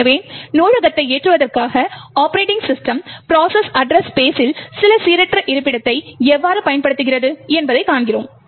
எனவே நூலகத்தை ஏற்றுவதற்காக ஒப்பரேட்டிங் சிஸ்டம் ப்ரோசஸ் அட்ரஸ் ஸ்பெஸில் சில சீரற்ற இருப்பிடத்தை எவ்வாறு பயன்படுத்துகிறது என்பதைக் காண்கிறோம்